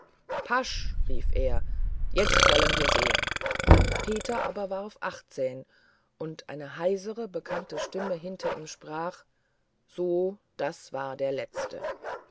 pasch rief er jetzt wollen wir sehen peter aber warf und eine heisere bekannte stimme hinter ihm sprach so das war der letzte